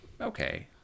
Okay